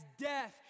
death